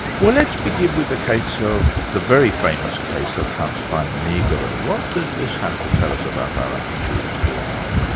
well let's begin with the case of the very famous case of hans van meegeren, what does this have to tell us about our attitudes to art?